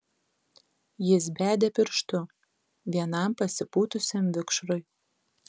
jis bedė pirštu vienam pasipūtusiam vikšrui